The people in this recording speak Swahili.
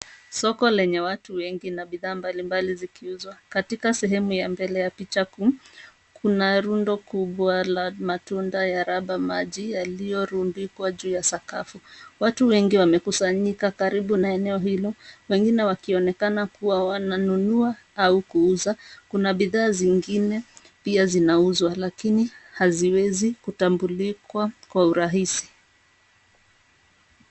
Soko lenye watu wengi na bidhaa mbali nbali zikiuzwa, katika sehemu ya mbele ya picha kuu, kuna rundo kubwa la matunda ya ramba maji yaliyorundikwa juu ya sakafu, watu wengi wamekusanyika karibu na eneo hilo, wengine wakionekana kuwa wananunua, au kuuza, kuna bidhaa zingine, pia zinauzwa lakini, haziwezi kutambulikwa, kwa urahisi.